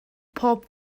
pob